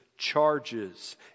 charges